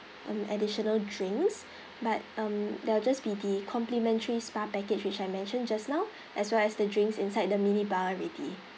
um additional drinks but um there'll just be the complimentary spa package which I mentioned just now as well as the drinks inside the mini bar already